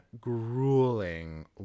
grueling